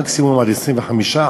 מקסימום עד 25%,